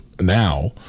now